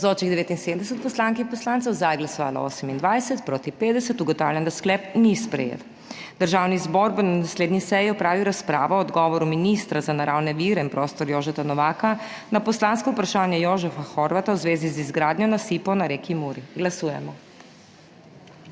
proti 50. (Za je glasovalo 28.) (Proti 50.) Ugotavljam, da sklep ni sprejet. Državni zbor bo na naslednji seji opravil razpravo o odgovoru ministra za naravne vire in prostor Jožeta Novaka na poslansko vprašanje Jožefa Horvata v zvezi z izgradnjo nasipov na reki Muri. Glasujemo.